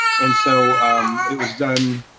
and so it was done.